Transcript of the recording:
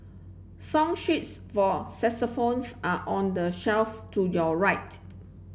song sheets for saxophones are on the shelf to your right